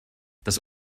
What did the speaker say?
das